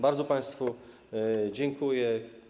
Bardzo państwu dziękuję.